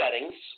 settings